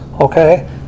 okay